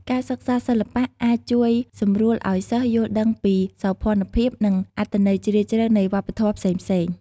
ការសិក្សាសិល្បៈអាចជួយសម្រួលឲ្យសិស្សយល់ដឹងពីសោភណភាព និងអត្ថន័យជ្រាលជ្រៅនៃវប្បធម៌ផ្សេងៗ។